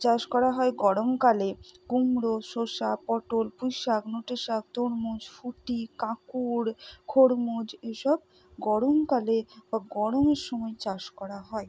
চাষ করা হয় গরমকালে কুমড়ো শশা পটল পুঁই শাক নটে শাক তরমুজ ফুটি কাঁকুড় খরমুজ এই সব গরমকালে বা গরমের সময় চাষ করা হয়